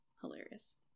hilarious